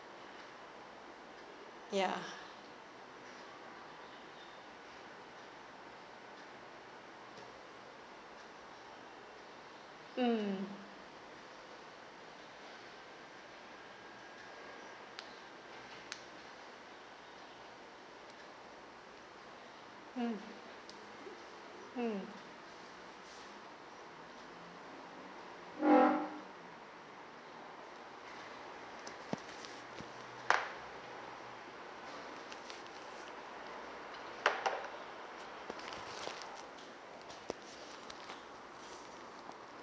ya mm mm mm